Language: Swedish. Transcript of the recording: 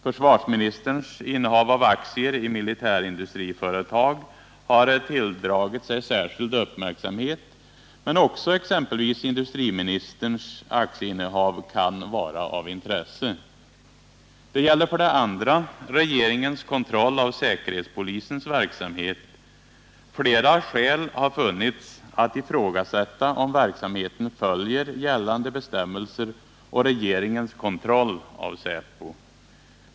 Försvarsministerns innehav av aktier i militärindustriföretag har tilldragit sig särskild uppmärksamhet, men också exempelvis industriministerns aktieinneHav kan vara av intresse. Det gäller för det andra regeringens kontroll av säkerhetspolisens verksamhet. Flera skäl har funnits att ifrågasätta om verksamheten följer gällande bestämmelser och regeringens kontroll av säpo.